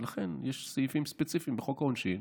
אז יש סעיפים ספציפיים בחוק העונשין